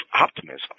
optimism